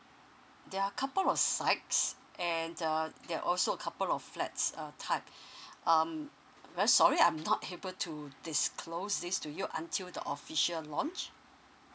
there're couple of sites and err there're also a couple of flats uh type um very sorry I'm not able to disclose this to you until the official launch